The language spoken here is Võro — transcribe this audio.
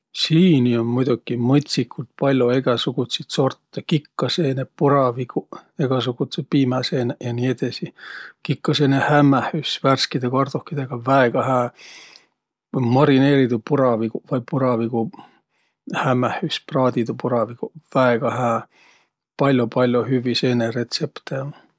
Siini um muidoki mõtsikult pall'o egäsugutsit sortõ. Kikkaseeneq, puraviguq, egäsugudsõq piimäseeneq ja nii edesi. Kikkaseenehämmähüs värskide kardohkidõga – väega hää. Vai marineeridüq puraviguq vai puraviguhämmähüs, praadiduq puraviguq – väega hää. Pall'o-pall'o hüvvi seeneretsepte um.